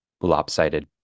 lopsided